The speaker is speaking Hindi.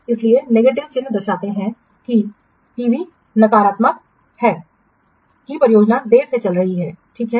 इसलिए नेगेटिव चिन्ह दर्शाता है कि टीवी नकारात्मक है कि परियोजना देर से चल रही है ठीक है